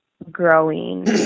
growing